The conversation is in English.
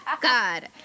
God